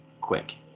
quick